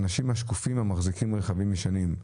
האנשים השקופים המחזיקים רכבים ישנים,